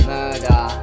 Murder